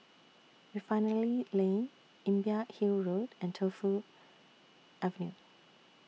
Refinery Lane Imbiah Hill Road and Tu Fu Avenue